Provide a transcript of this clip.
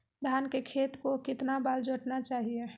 धान के खेत को कितना बार जोतना चाहिए?